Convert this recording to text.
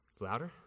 Louder